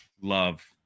love